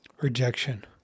Rejection